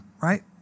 Right